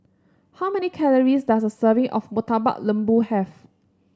how many calories does a serving of Murtabak Lembu have